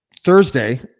Thursday